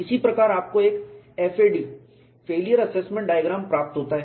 इसी प्रकार आपको एक FAD फेलियर एसेसमेंट डायग्राम प्राप्त होता है